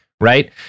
right